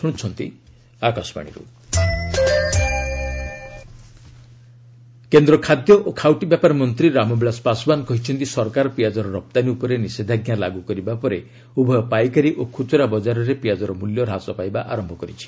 Paswan onion କେନ୍ଦ୍ର ଖାଦ୍ୟ ଓ ଖାଉଟି ବ୍ୟାପାର ମନ୍ତ୍ରୀ ରାମବିଳାଶ ପାଶୱାନ୍ କହିଛନ୍ତି ସରକାର ପିଆଜର ରପ୍ତାନୀ ଉପରେ ନିଷେଧାଜ୍ଞା ଲାଗୁ କରିବା ପରେ ଉଭୟ ପାଇକାରୀ ଓ ଖୁଚୁରା ବକାରରେ ପିଆଜର ମୂଲ୍ୟ ହ୍ରାସ ପାଇବା ଆରମ୍ଭ କରିଛି